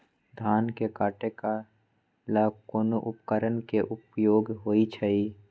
धान के काटे का ला कोंन उपकरण के उपयोग होइ छइ?